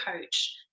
coach